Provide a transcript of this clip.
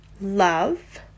Love